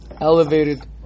elevated